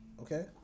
Okay